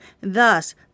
Thus